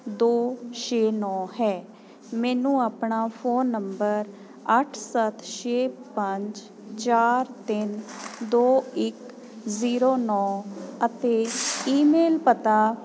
ਦੋ ਛੇ ਨੌਂ ਹੈ ਮੈਨੂੰ ਆਪਣਾ ਫੋਨ ਨੰਬਰ ਅੱਠ ਸੱਤ ਛੇ ਪੰਜ ਚਾਰ ਤਿੰਨ ਦੋ ਇੱਕ ਜੀਰੋ ਨੌਂ ਅਤੇ ਈਮੇਲ ਪਤਾ